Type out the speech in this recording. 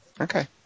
Okay